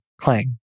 clang